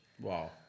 Wow